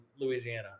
Louisiana